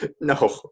No